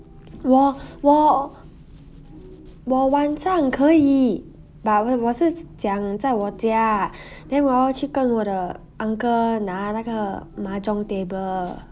我我我晚上可以 but when 我是讲在我家 then 我要去跟我的 uncle 拿那个 mahjong table